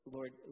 Lord